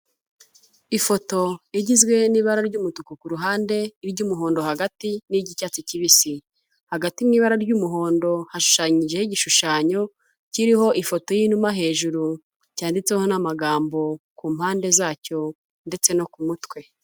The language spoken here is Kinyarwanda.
Ifoto igizwe n'ibara ry'umutuku ku ruhande, iry'umuhondo hagati, n'iry'icyatsi kibisi, hagati mu ibara ry'umuhondo hashushanyijeho igishushanyo kiriho ifoto y'inuma hejuru, cyanditseho n'amagambo ku mpande zacyo ndetse no ku mutwe.